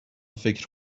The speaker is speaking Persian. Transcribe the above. فکر